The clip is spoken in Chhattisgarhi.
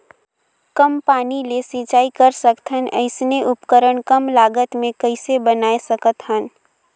कम पानी ले सिंचाई कर सकथन अइसने उपकरण कम लागत मे कइसे बनाय सकत हन?